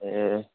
ए